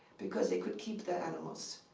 because they could keep their animals.